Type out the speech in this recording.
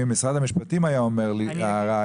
אם משרד המשפטים היה אומר לי הערה,